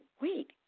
wait